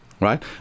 right